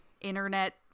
internet